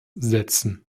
setzen